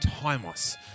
timeless